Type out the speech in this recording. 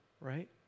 right